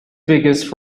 biggest